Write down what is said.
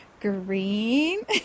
green